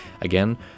Again